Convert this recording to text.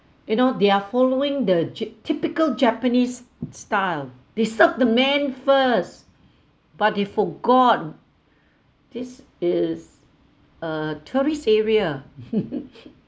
you know they are following the ty~ typical japanese style they served the man first but they forget this is a tourist area